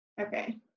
Okay